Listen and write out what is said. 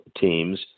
teams